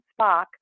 Spock